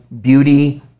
beauty